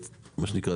מה שנקרא,